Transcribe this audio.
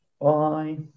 Bye